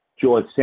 George